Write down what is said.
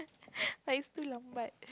but it's too